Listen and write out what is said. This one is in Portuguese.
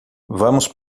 vamos